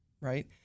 right